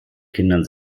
kindern